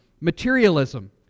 materialism